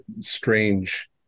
strange